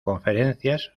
conferencias